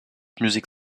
music